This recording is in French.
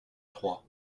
trois